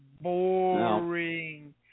boring